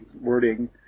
wording